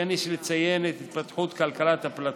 כמו כן יש לציין את התפתחות כלכלת הפלטפורמות,